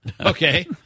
Okay